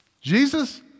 Jesus